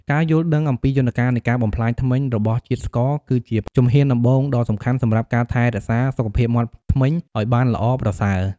ការយល់ដឹងអំពីយន្តការនៃការបំផ្លាញធ្មេញរបស់ជាតិស្ករគឺជាជំហានដំបូងដ៏សំខាន់សម្រាប់ការថែរក្សាសុខភាពមាត់ធ្មេញឱ្យបានល្អប្រសើរ។